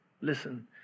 listen